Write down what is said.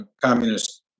communist